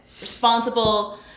responsible